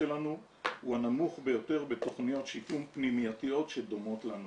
שלנו הוא הנמוך ביותר בתכניות שיקום פנימייתיות שדומות לנו.